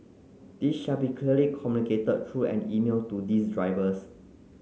this shall be clearly communicated through an email to these drivers